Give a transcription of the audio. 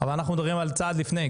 אבל אנחנו מדברים על צעד לפני,